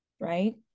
right